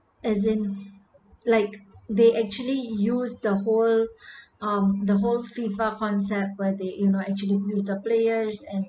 as in like they actually use the whole uh the whole fifa concept where they you know actually use the players and